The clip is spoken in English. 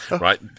right